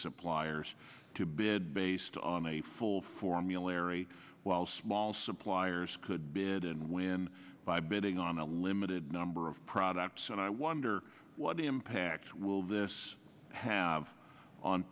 suppliers to bid based on a full formulary while small suppliers could bid and win by bidding on a limited number of products and i wonder what impact will this have on